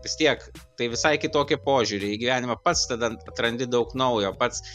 vis tiek tai visai kitokį požiūrį į gyvenimą pats tada atrandi daug naujo pats